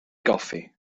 goffi